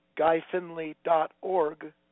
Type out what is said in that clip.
guyfinley.org